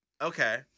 okay